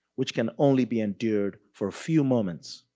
which can only be endured for a few moments.